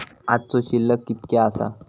आजचो शिल्लक कीतक्या आसा?